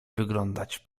wyglądać